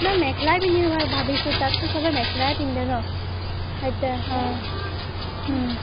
নাই মেখেলাই পিন্ধিম ভাবিছোঁ তাততো চবে মেখেলাই পিন্ধে ন সেইতি অঁ